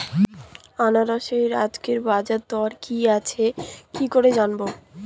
আনারসের আজকের বাজার দর কি আছে কি করে জানবো?